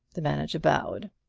the manager bowed.